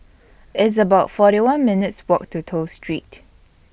It's about forty one minutes' Walk to Toh Street